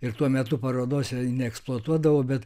ir tuo metu parodose neeksploatuodavo bet